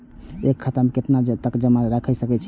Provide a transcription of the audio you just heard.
एक खाता में केतना तक जमा राईख सके छिए?